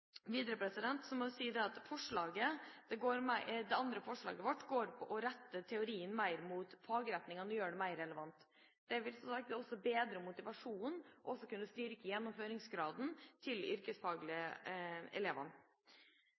Det andre forslaget vårt går på å rette teorien mer inn mot fagretningene og gjøre den mer relevant. Det vil som sagt også bedre motivasjonen og kunne styrke gjennomføringsgraden til de yrkesfaglige elevene.